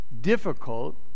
difficult